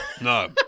No